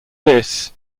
this